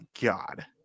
God